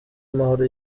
amahoro